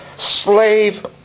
Slave